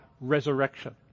resurrection